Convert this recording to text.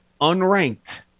Unranked